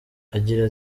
agira